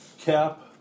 Cap